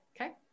Okay